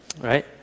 right